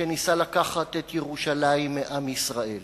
שניסה לקחת את ירושלים מעם ישראל,